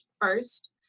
first